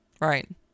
Right